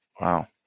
Wow